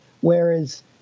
whereas